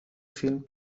فیلم